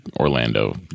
Orlando